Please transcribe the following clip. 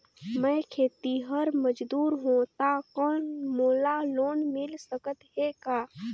मैं खेतिहर मजदूर हों ता कौन मोला लोन मिल सकत हे का?